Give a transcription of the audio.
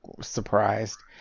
surprised